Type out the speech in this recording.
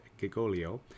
Gigolio